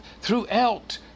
throughout